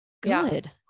good